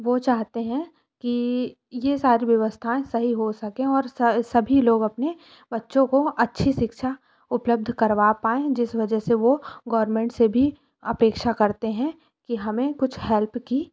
वो चाहते हैं कि ये सारी व्यवस्थाएँ सही हो सकें और सभी लोग अपने बच्चों को अच्छी शिक्षा उपलब्ध करवा पाएं जिस वजह से वो गोवर्मेंट से भी अपेक्षा करते हैं कि हमें कुछ हेल्प की